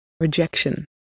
Rejection